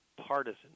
partisan